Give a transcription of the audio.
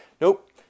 Nope